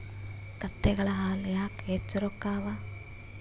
ಕತ್ತೆಗಳ ಹಾಲ ಯಾಕ ಹೆಚ್ಚ ರೊಕ್ಕ ಅವಾ?